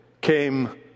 came